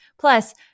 Plus